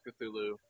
Cthulhu